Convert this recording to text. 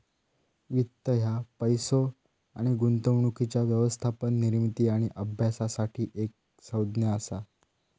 वित्त ह्या पैसो आणि गुंतवणुकीच्या व्यवस्थापन, निर्मिती आणि अभ्यासासाठी एक संज्ञा असा